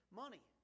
money